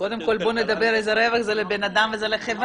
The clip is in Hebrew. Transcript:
--- קודם כל בוא נדבר איזה רווח זה לבן אדם ולחברה,